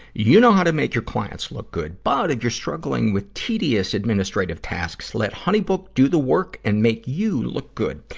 you know how to make your clients look good. but, if and you're struggling with tedious administrative tasks, let honeybook do the work and make you look good.